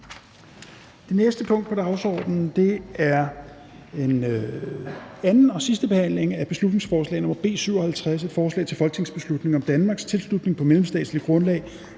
Det næste punkt på dagsordenen er: 31) 2. (sidste) behandling af beslutningsforslag nr. B 57: Forslag til folketingsbeslutning om Danmarks tilslutning på mellemstatsligt grundlag